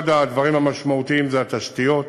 אחד הדברים המשמעותיים הוא התשתיות.